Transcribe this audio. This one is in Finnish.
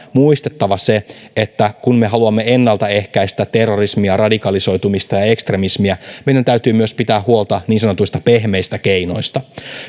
muistettava se että kun me haluamme ennalta ehkäistä terrorismia ja radikalisoitumista ja ja ekstremismiä meidän täytyy myös pitää huolta niin sanotuista pehmeistä keinoista